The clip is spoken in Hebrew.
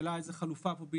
והשאלה היא איזו חלופה בדיוק